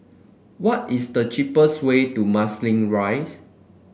what is the cheapest way to Marsiling Rise